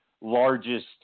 largest